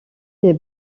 des